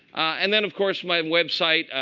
and then, of course, my um website,